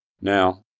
Now